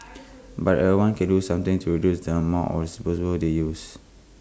but everyone can do something to reduce the amount of disposables they use